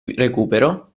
recupero